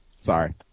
Sorry